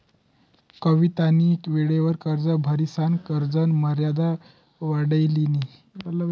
कवितानी वेळवर कर्ज भरिसन कर्जना मर्यादा वाढाई लिनी